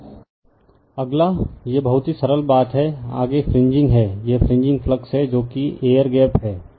refer slide time 1929 अगला यह बहुत ही सरल बात है आगे फ्रिंजिंग है यह फ्रिंजिंग फ्लक्स है जो कि एयर गैप है